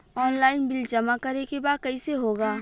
Online bill जमा करे के बा कईसे होगा?